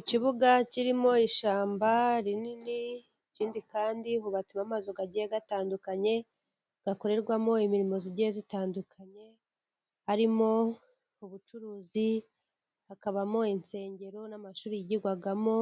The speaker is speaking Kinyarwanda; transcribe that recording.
Ikibuga kirimo ishyamba rinini ikindi kandi hubatsemo amazu agiye atandukanye akorerwamo imirimo igiye itandukanye harimo ubucuruzi, hakabamo insengero n'amashuri yigirwamo